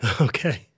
Okay